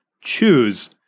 choose